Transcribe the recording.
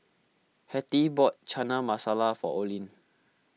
Hettie bought Chana Masala for Olin